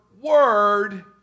word